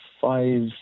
five